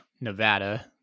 Nevada